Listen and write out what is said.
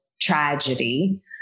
tragedy